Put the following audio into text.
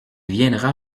viendra